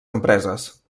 empreses